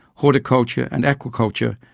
horticulture and aquaculture,